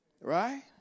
Right